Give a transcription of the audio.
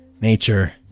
nature